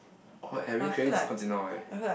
oh I really craving now eh